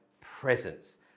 presence